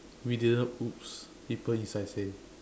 we didn't !oops! people inside say